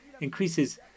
increases